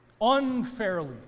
unfairly